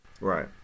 Right